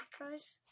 Packers